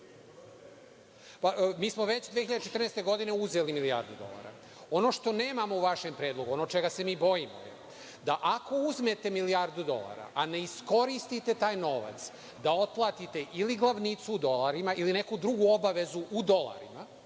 smo već 2014. godine uzeli milijardu dolara. Ono što nemamo u vašem predlogu, ono čega se mi bojimo, da ako uzmete milijardu dolara, a ne iskoristite taj novac da otplatite ili glavnicu u dolarima ili neku drugu obavezu u dolarima,